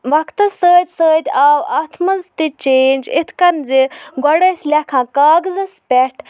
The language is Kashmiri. وَقتَس سۭتۍ سۭتۍ آو اَتھ منٛز تہِ چینٛج اِتھ کٔنۍ زِ گۄڈٕ ٲسۍ لیکھان کاغذَس پٮ۪ٹھ